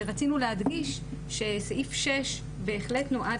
ורצינו להדגיש שסעיף (6) בהחלט נועד